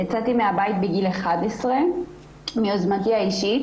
יצאתי מהבית בגיל 11 מיוזמתי האישית,